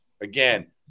again